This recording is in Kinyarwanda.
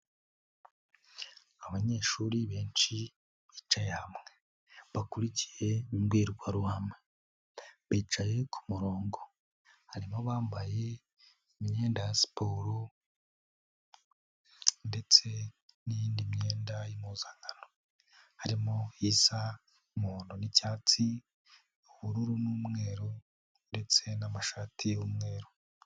Abanyeshuri benshi bicaye hamwe bakurikiye imbwirwaruhame, bicaye kumurongo harimo bambaye imyenda ya siporo, ndetse n'iyindi myenda y'impuzankano, harimo isa umuhondo n'icyatsi ubururu n'umweru ndetse n'amashati y'umweru.